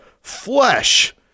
flesh